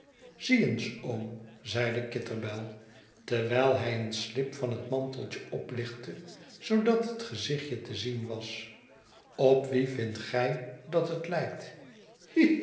eens oom zeide kitterbell terwijl hy een slip van het manteltje oplichtte zoodat het gezichtje te zien was op wien vindt gy dat het lijkt